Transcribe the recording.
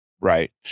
Right